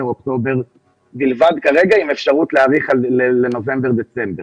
ואוקטובר בלבד עם אפשרות להאריך לנובמבר ודצמבר.